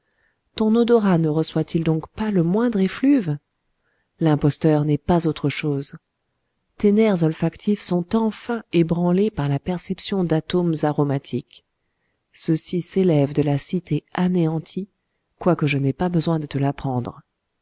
ton odorat ne reçoit il donc pas le moindre effluve l'imposteur n'est pas autre chose tes nerfs olfactifs sont enfin ébranlés par la perception d'atomes aromatiques ceux-ci s'élèvent de la cité anéantie quoique je n'aie pas besoin de te l'apprendre